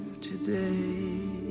today